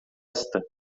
esta